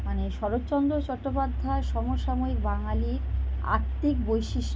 মানে শরৎচন্দ্র চট্টোপাধ্যায়ের সমসাময়িক বাঙালির আত্মিক বৈশিষ্ট্য